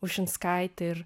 ušinskaitė ir